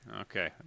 Okay